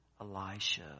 Elisha